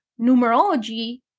numerology